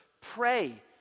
pray